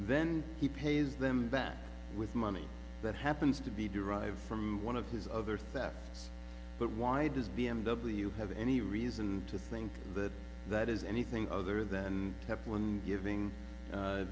then he pays them back with money that happens to be derived from one of his other thefts but why does b m w have any reason to think that that is anything other than that one giving